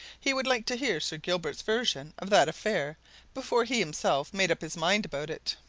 he would like to hear sir gilbert's version of that affair before he himself made up his mind about it.